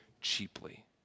cheaply